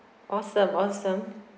awesome awesome